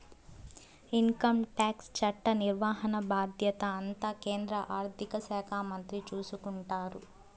income tax చట్ట నిర్వహణ బాధ్యత అంతా కేంద్ర ఆర్థిక శాఖ మంత్రి చూసుకుంటారు